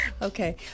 Okay